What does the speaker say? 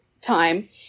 time